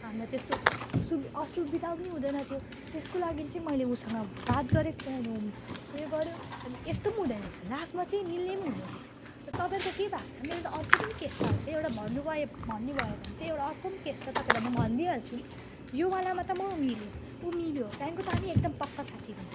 हामीलाई त्यस्तो सुव असुविधा पनि हुँदैन थियो त्यसको लागि चाहिँ मैले उसँग बात गरेको थिएँ होइन उयो गऱ्यो अनि यस्तो पनि हुँदोरहेछ लास्टमा चाहिँ मिल्ने पनि हुनेरहेछ तपाईँको के भएको छ मेरो त अर्कै पनि केस छ अझै एउटा भन्नु पऱ्यो भन्ने भयो भने चाहिँ एउटा अर्को पनि केस छ तपाईँहरूलाई म भनिदिई हाल्छु यो वालामा त म मिलेँ ऊ पनि मिल्यो त्यहाँदेखिको त हामी एकदम पक्का साथी भयौँ